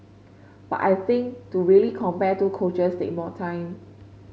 but I think to really compare two coaches take more time